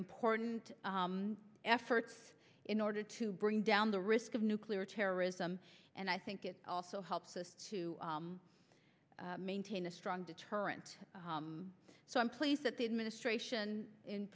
important efforts in order to bring down the risk of nuclear terrorism and i think it also helps us to maintain a strong deterrent so i'm pleased that the administration in